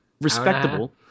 respectable